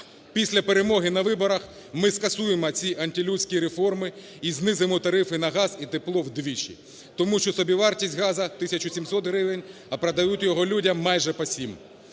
після перемоги на виборах ми скасуємо ці антилюдські реформи і знизимо тарифи на газ і тепло вдвічі, тому що собівартість газу тисяча 700 гривень, а продають його людям майже по сім.